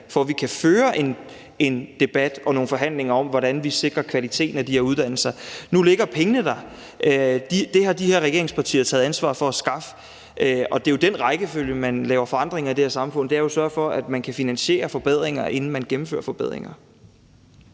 for, at vi kan føre en debat og nogle forhandlinger om, hvordan vi sikrer kvaliteten af de her uddannelser. Nu ligger pengene der, og dem havde de her regeringspartier taget ansvar for at skaffe. Det er jo i den rækkefølge, man laver forandringer i det her samfund, nemlig ved at sørge for, at man kan finansiere forbedringer, inden man gennemfører forbedringer.